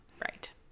right